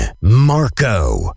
Marco